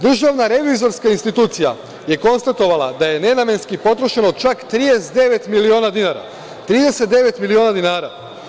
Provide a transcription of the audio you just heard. Državna revizorska institucija je konstatovala da je nenamenski potrošeno čak 39 miliona dinara, 39 miliona dinara.